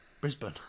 Brisbane